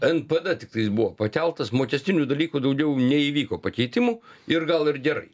npd tiktais buvo pakeltas mokestinių dalykų daugiau neįvyko pakeitimų ir gal ir gerai